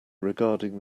regarding